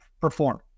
perform